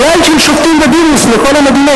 מלאי של שופטים בדימוס לכל המדינות.